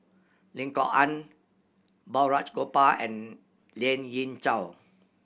Lim Kok Ann Balraj Gopal and Lien Ying Chow